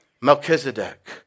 Melchizedek